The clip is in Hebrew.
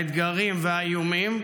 האתגרים והאיומים,